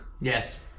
Yes